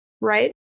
right